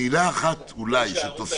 מילה אחת שתוסיף,